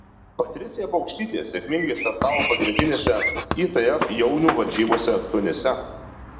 patricija paukštytė sėkmingai startavo pagrindinėse itf jaunių varžybose tunise